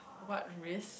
what risk